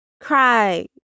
Cry